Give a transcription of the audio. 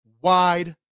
wide